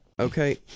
Okay